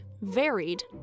varied